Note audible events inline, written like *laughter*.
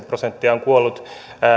*unintelligible* prosenttia on kuollut